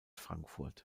frankfurt